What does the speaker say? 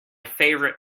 favorite